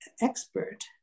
expert